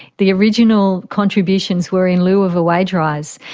the original contributions were in lieu of a wage rise.